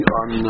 on